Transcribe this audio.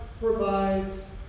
provides